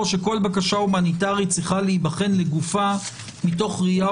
שכל בקשה הומניטרית צריכה להיבחן לגופה מתוך ראייה